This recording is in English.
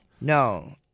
no